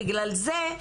בגלל זה,